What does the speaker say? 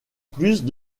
plus